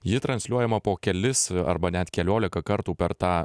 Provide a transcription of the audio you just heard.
ji transliuojama po kelis arba net keliolika kartų per tą